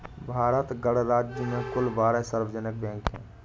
भारत गणराज्य में कुल बारह सार्वजनिक बैंक हैं